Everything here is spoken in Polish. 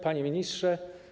Panie Ministrze!